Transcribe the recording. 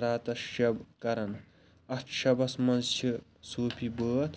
راتَس شب کران اتھ شَبَس مَنٛز چھِ صوفی بٲتھ